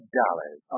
dollars